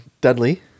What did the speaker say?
Dudley